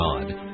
God